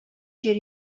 җир